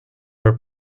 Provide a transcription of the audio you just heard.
her